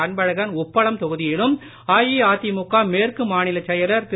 அன்பழகன் உப்பளம் தொகுதியிலும் அதிமுக மேற்கு மாநிலச் செயலாளர் திரு